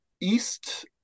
east